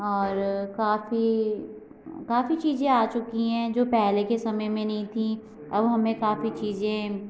और काफ़ी अ काफ़ी चीजे आ चुकि हैं जो पहले के समय में नहीं थीं अब हमें काफी चीजें